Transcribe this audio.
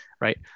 right